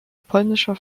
polnischer